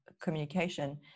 communication